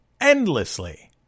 endlessly